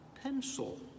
pencil